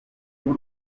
rw’u